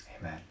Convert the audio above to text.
Amen